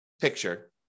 picture